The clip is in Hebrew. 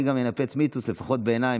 אני גם אנפץ מיתוס, לפחות בעיניי.